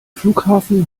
flughafen